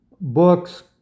books